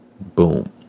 boom